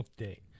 update